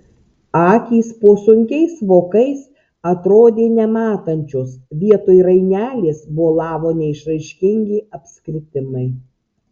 akys po sunkiais vokais atrodė nematančios vietoj rainelės bolavo neišraiškingi apskritimai